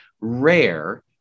rare